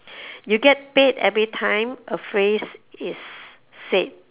you get paid everytime a phrase is said